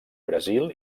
brasil